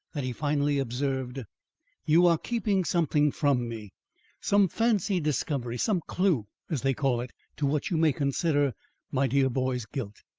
that he finally observed you are keeping something from me some fancied discovery some clew, as they call it, to what you may consider my dear boy's guilt.